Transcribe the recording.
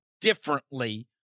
differently